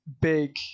big